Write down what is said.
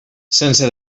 sense